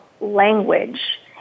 language